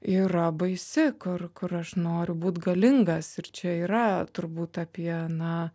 yra baisi kur kur aš noriu būt galingas ir čia yra turbūt apie na